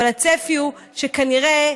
אבל הצפי הוא שכנראה,